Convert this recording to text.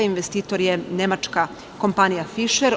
Investitor je nemačka kompanija „Fišer“